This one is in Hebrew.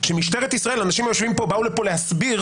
אנשים באו לפה להסביר